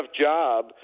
job